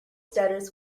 stutters